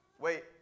Wait